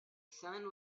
sun